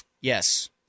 Yes